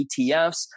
ETFs